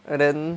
and then